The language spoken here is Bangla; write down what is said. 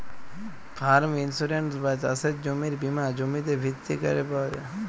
ফার্ম ইন্সুরেন্স বা চাসের জমির বীমা জমিতে ভিত্তি ক্যরে পাওয়া যায়